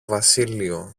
βασίλειο